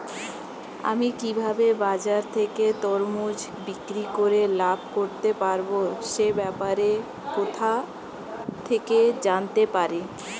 আমি কিভাবে বাজার থেকে তরমুজ বিক্রি করে লাভ করতে পারব সে ব্যাপারে কোথা থেকে জানতে পারি?